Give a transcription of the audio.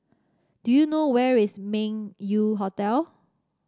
do you know where is Meng Yew Hotel